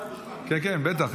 כן, כן, בטח.